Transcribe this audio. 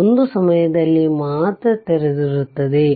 ಒಂದು ಸಮಯದಲ್ಲಿ ಮಾತ್ರ ತೆರೆದಿರುತ್ತದೆ